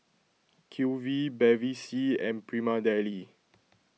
Q V Bevy C and Prima Deli